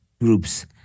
groups